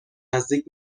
نزدیک